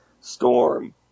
storm